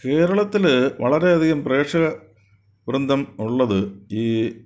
കേരളത്തിൽ വളരെയധികം പ്രേക്ഷക വൃന്ദം ഉള്ളത് ഈ